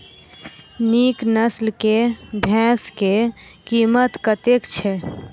नीक नस्ल केँ भैंस केँ कीमत कतेक छै?